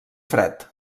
fred